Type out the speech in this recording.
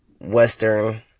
Western